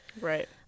Right